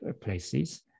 places